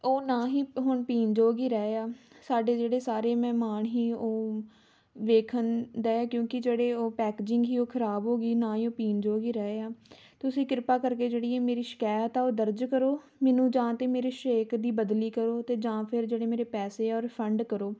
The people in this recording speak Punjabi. ਉਹ ਨਾ ਹੀ ਹੁਣ ਪੀਣ ਯੋਗ ਹੀ ਰਹੇ ਆ ਸਾਡੇ ਜਿਹੜੇ ਸਾਰੇ ਮਹਿਮਾਨ ਸੀ ਉਹ ਵੇਖਣ ਡੇ ਆ ਕਿਉਂਕਿ ਜਿਹੜੇ ਉਹ ਪੈਕਜਿੰਗ ਸੀ ਉਹ ਖ਼ਰਾਬ ਹੋ ਗਈ ਨਾ ਹੀ ਉਹ ਪੀਣ ਯੋਗ ਹੀ ਰਹੇ ਆ ਤੁਸੀਂ ਕਿਰਪਾ ਕਰਕੇ ਜਿਹੜੀ ਇਹ ਮੇਰੀ ਸ਼ਿਕਾਇਤ ਆ ਉਹ ਦਰਜ ਕਰੋ ਮੈਨੂੰ ਜਾਂ ਤਾਂ ਮੇਰੇ ਸ਼ੇਕ ਦੀ ਬਦਲੀ ਕਰੋ ਅਤੇ ਜਾਂ ਫਿਰ ਜਿਹੜੇ ਮੇਰੇ ਪੈਸੇ ਆ ਉਹ ਰਿਫੰਡ ਕਰੋ